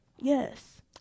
Yes